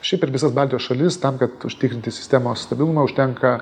šiaip ir visas baltijos šalis tam kad užtikrinti sistemos stabilumą užtenka